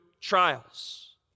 trials